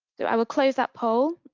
so i will close that poll,